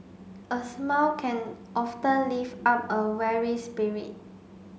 a smile can often lift up a weary spirit